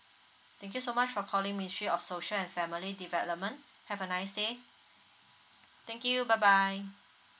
thank you so much for calling ministry of social and family development have a nice day thank you bye bye